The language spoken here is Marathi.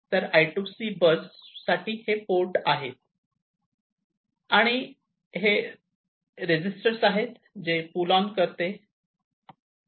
तर I2C बस साठीहे पोर्ट आहे आणि हे रजिस्टर ते आहे जे पुल ऑन करते